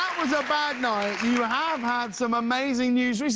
was a bad night, you have had some amazing news.